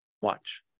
Watch